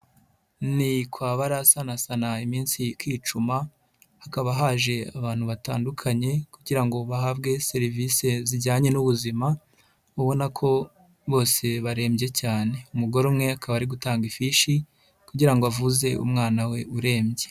Ni kwa Barasanasana iminsi ikicuma, hakaba haje abantu batandukanye kugira ngo bahabwe serivisi zijyanye n'ubuzima, ubona ko bose barembye cyane. Umugore umwe akaba ari gutanga ifishi kugira ngo avuze umwana we urembye.